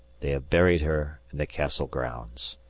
they have buried her in the castle grounds.